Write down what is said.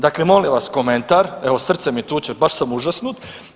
Dakle, molim vas komentar, evo, srce mi tuče, baš sam užasnut.